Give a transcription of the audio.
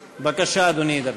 בבקשה, אדוני ידבר.